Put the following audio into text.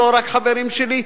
לא רק חברים שלי,